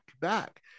back